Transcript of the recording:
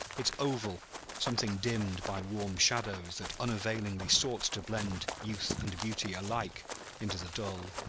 its oval something dimmed by warm shadows that unavailingly sought to blend youth and beauty alike into the dull,